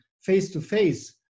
face-to-face